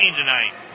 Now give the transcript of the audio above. tonight